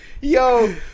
Yo